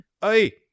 Hey